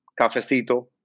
cafecito